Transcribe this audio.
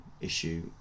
issue